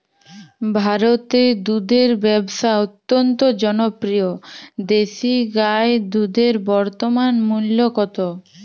ভারতে দুধের ব্যাবসা অত্যন্ত জনপ্রিয় দেশি গাই দুধের বর্তমান মূল্য কত?